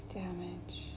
damage